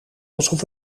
alsof